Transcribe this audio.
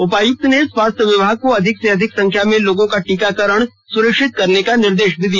उपायुक्त ने स्वास्थ्य विभाग को अधिक से अधिक संख्या में लोगों का टीकाकरण सुनिश्चित करने का निर्देश दिया